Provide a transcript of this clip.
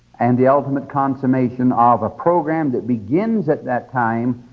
and the ultimate consummation of a program, that begins at that time,